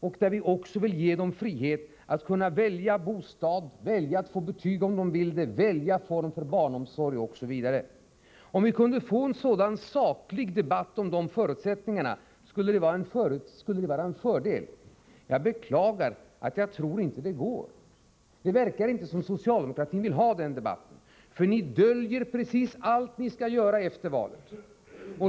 Vi vill också ge dem frihet att kunna välja bostad, välja att få betyg om de vill det, välja form för barnomsorg osv. Om vi kunde få en sådan saklig debatt om dessa förutsättningar, skulle det vara en fördel. Jag beklagar att jag inte tror att det går. Det verkar inte som om socialdemokratin vill ha den debatten, för ni döljer precis allt vad ni skall göra efter valet.